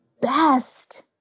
best